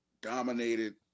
dominated